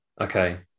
Okay